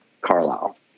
Carlisle